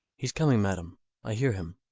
he's coming, madam i hear him.